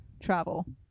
travel